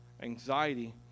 anxiety